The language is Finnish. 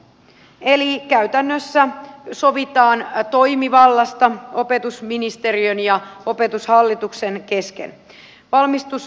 eli käytännössä sovitaan toimivallasta opetusministeriön ja opetushallituksen kesken